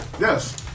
Yes